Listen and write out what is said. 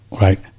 Right